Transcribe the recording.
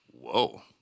Whoa